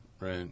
Right